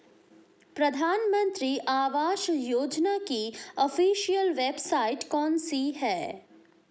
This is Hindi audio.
प्रधानमंत्री आवास योजना की ऑफिशियल वेबसाइट कौन सी है?